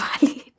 valid